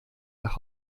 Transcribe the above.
nach